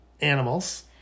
animals